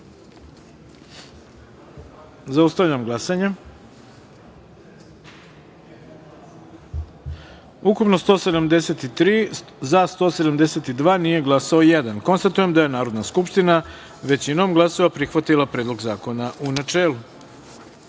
taster. Zaustavljam glasanje: Ukupno 173, za – 172, nije glasao jedan. Konstatujem da je Narodna skupština većinom glasova prihvatila Predlog zakona u